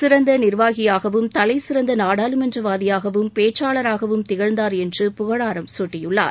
சிறந்த நிர்வாகியாகவும் தலைசிறந்த நாடாளுமன்றவாதியாகவும் பேச்சாளராகவும் திகழந்தார் என்று புகழாரம் சூட்டியுள்ளார்